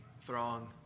throng